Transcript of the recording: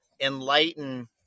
enlighten